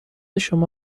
شما